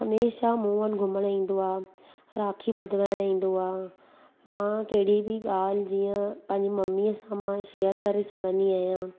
हमेशह मूं वटि घुमणु ईंदो आहे राखी ॿधाइणु इंदो आहे मां कहिड़ी बि ॻाल्हि जीअं मम्मीअ सां मां शेअर करे सघंदी आहियां